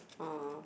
oh